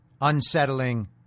unsettling